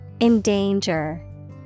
Endanger